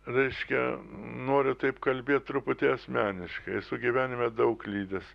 reiškia noriu taip kalbėt truputį asmeniškai esu gyvenime daug klydęs